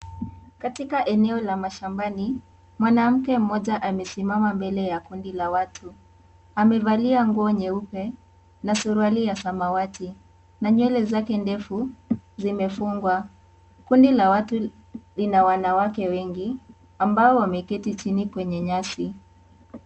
Katika eneo la mashambani, mwanamke mmoja amesimama mbele ya kundi la watu, amevalia nguo nyeupe na suruali ya samawati, na nywele zake ndefu zimefungwa, kundi la watu lina wanawake wengi ambao wameketi chini kwenye nyasi.